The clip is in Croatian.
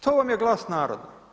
To vam je glas naroda.